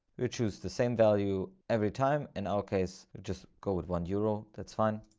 which is the same value every time. in our case, just go with one euro, that's fine.